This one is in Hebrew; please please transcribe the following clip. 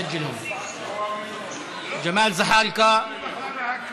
תרשום פה.) ג'מאל זחאלקה,